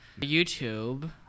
YouTube